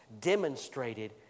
demonstrated